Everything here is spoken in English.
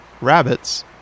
rabbits